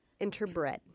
interbred